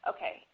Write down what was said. Okay